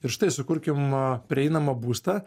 ir štai sukurkim prieinamą būstą